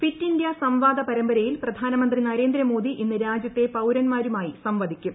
fit India സംവാദ പരമ്പരയിൽ പ്രധാനമന്ത്രി നരേന്ദ്രമോദി ഇന്ന് രാജ്യത്തെ പൌരന്മാരുമായി സംവദിക്കും